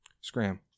Scram